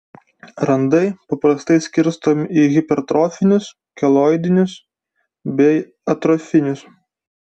randai paprastai skirstomi į hipertrofinius keloidinius bei atrofinius